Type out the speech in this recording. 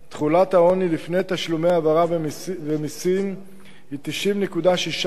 תחולת העוני לפני תשלומי העברה ומסים היא 90.6%,